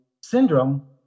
Syndrome